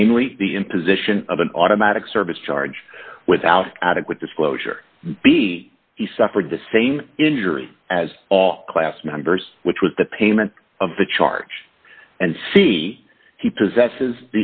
namely the imposition of an automatic service charge without adequate disclosure be he suffered the same injury as all class members which was the payment of the charge and see he possesses